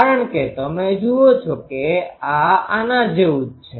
કારણ કે તમે જુઓ છો કે આ આના જેવું જ છે